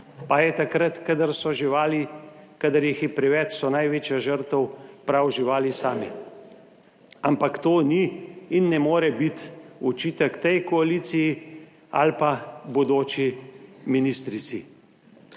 pa je takrat, kadar so živali, kadar jih je preveč, so največja žrtev prav živali same. Ampak to ni in ne more biti očitek tej koaliciji ali pa bodoči ministrici.